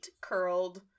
curled